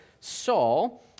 Saul